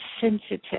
sensitive